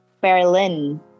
Berlin